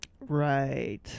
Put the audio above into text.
Right